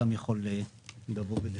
אתם